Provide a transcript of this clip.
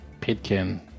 Pitkin